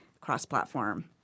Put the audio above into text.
cross-platform